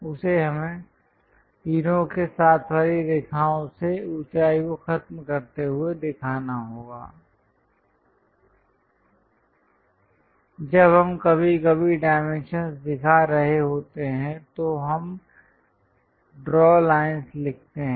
जब हम कभी कभी डाइमेंशंस दिखा रहे होते हैं तो हम ड्रा लाइंस लिखते हैं